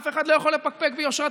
אף אחד לא יכול לפקפק ביושרתה.